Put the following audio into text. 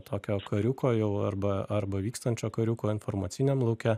tokio kariuko jau arba arba vykstančio kariuko informaciniam lauke